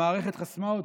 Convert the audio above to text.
המערכת חסמה אותי.